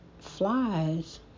flies